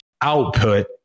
output